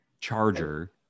charger